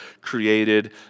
created